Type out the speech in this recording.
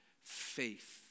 faith